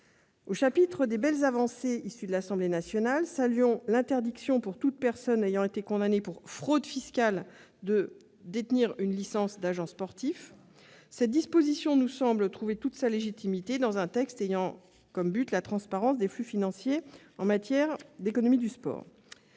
Au chapitre des belles avancées issues de l'Assemblée nationale, notons l'interdiction pour toute personne ayant été condamnée pour fraude fiscale de détenir une licence d'agent sportif. Cette disposition nous semble trouver toute sa légitimité dans un texte ayant notamment pour objectif la transparence des flux financiers dans l'économie du sport.